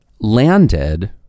landed